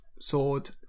sword